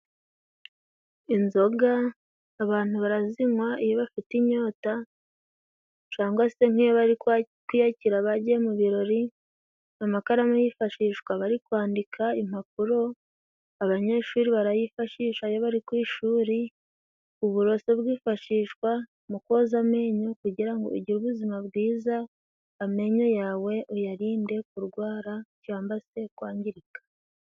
Inzoga abantu barazinywa iyo bafite inyota cangwa se nk'iyo bari kwiyakira bagiye mu birori, amakaramu yifashishwa bari kwandika impapuro, abanyeshuri barayifashisha iyo bari ku ishuri, uburoso bwifashishwa mu koza amenyo kugira ngo ugire ubuzima bwiza, amenyo yawe uyarinde kurwara cyamba se kwangirika.